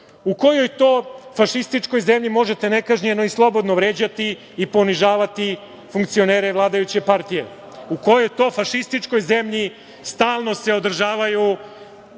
U kojoj to fašističkoj zemlji možete nekažnjeno i slobodno vređati i ponižavati funkcionere vladajuće partije? U kojoj to fašističkoj zemlji stalno se održavaju